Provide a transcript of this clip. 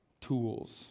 tools